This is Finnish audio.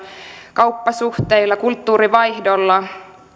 kauppasuhteilla kulttuurivaihdolla